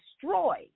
destroy